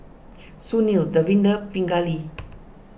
Sunil Davinder Pingali